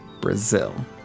Brazil